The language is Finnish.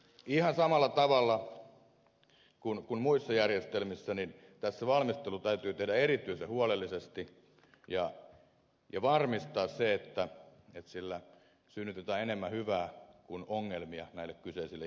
ihan samalla tavalla kuin muissa järjestelmissä tässä valmistelu täytyy tehdä erityisen huolellisesti ja varmistaa se että sillä synnytetään enemmän hyvää kuin ongelmia näille kyseisille ihmisille